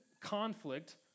conflict